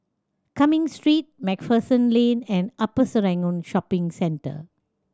Cumming Street Macpherson Lane and Upper Serangoon Shopping Centre